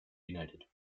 united